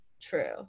true